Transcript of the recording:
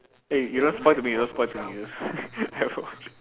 eh you don't spoil to me you don't spoil to me you don't haven't watch